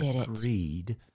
agreed